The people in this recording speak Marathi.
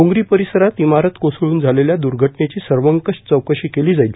डोंगरी परिसरात इमारत कोसळून झालेल्या द्र्घटनेची सर्वंकष चौकशी केली जाईल